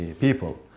people